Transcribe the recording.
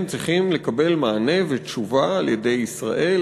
צריכים לקבל מענה ותשובה על-ידי ישראל,